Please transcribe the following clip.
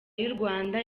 y’urwanda